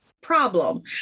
problem